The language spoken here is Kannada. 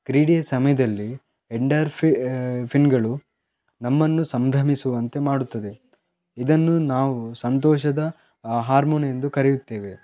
ಕ್ರೀಡೆಯ ಸಮಯದಲ್ಲಿ ಎಂಡಾರ್ಫ್ ಫಿನ್ಗಳು ನಮ್ಮನ್ನು ಸಂಭ್ರಮಿಸುವಂತೆ ಮಾಡುತ್ತದೆ ಇದನ್ನು ನಾವು ಸಂತೋಷದ ಹಾರ್ಮೋನ್ ಎಂದು ಕರೆಯುತ್ತೇವೆ